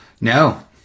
No